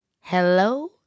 Hello